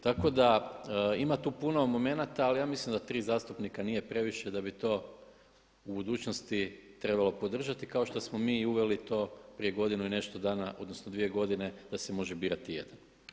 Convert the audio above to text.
Tako da ima tu puno momenata, ali ja mislim da 3 zastupnika nije previše da bi to u budućnosti trebalo podržati kao što smo mi uveli to prije godinu i nešto dana, odnosno dvije godine da se može birati jedan.